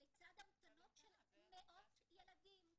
לצד המתנות של מאות ילדים.